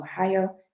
Ohio